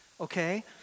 Okay